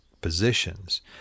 positions